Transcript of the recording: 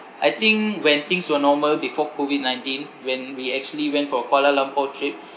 I think when things were normal before COVID nineteen when we actually went for a kuala lumpur trip